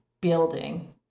building